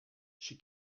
she